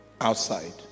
outside